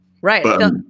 Right